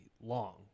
long